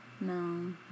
No